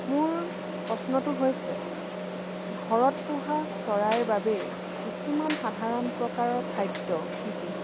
মোৰ প্ৰশ্নটো হৈছে ঘৰত পোহা চৰাইৰ বাবেই কিছুমান সাধাৰণ প্ৰকাৰৰ খাদ্য কি কি